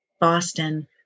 Boston